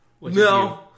No